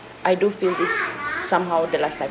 I do feel this somehow the last time